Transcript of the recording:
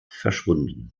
verschwunden